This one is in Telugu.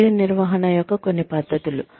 కెరీర్ నిర్వహణ యొక్క కొన్ని పద్ధతులు